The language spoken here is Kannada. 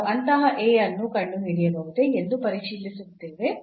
ನಾವು ಅಂತಹ A ಅನ್ನು ಕಂಡುಹಿಡಿಯಬಹುದೇ ಎಂದು ಪರಿಶೀಲಿಸುತ್ತೇವೆ